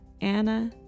Anna